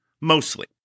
Mostly